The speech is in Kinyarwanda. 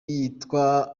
yitwa